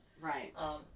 Right